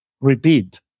repeat